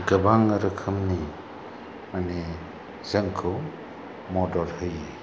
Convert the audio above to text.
गोबां रोखोमनि माने जोंखौ मदद होयो